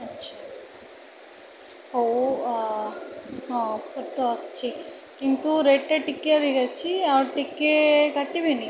ଆଚ୍ଛା ହଉ ହଁ ଅଫର୍ ତ ଅଛି କିନ୍ତୁ ରେଟ୍ ଟା ଟିକିଏ ଅଛି ଆଉ ଟିକିଏ କାଟିବେନି